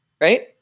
right